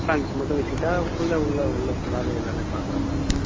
ஆ அங்கே மட்டும் விசிட்டா ஃபுல்லா உள்ளே உள்ளே ஃபுல்லாகவே எல்லாமே பார்க்குற மாதிரியா